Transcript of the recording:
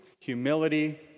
humility